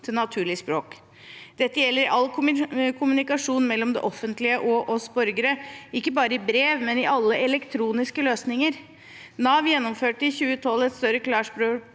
naturlig språk. Dette gjelder i all kommunikasjon mellom det offentlige og oss borgere, ikke bare i brev, men i alle elektroniske løsninger. Nav gjennomførte i 2012 et større klarspråksprosjekt